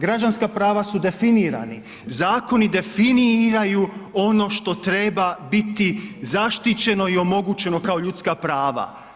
Građanska prava su definirani, zakoni definiraju ono što treba biti zaštićeno i omogućeno kao ljudska prava.